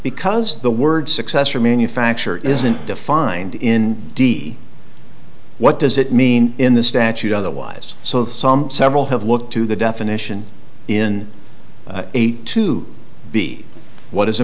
because the word successor manufacture isn't defined in d what does it mean in the statute otherwise so that some several have looked to the definition in a to b what is a